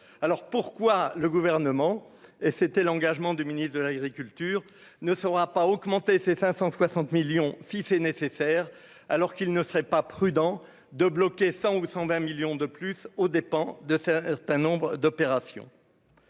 alors pourquoi le gouvernement et c'était l'engagement du ministre de l'agriculture ne sera pas augmenté ses 560 millions est nécessaire, alors qu'il ne serait pas prudent de bloquer 100 ou 120 millions de plus aux dépens de certains nombres d'opération.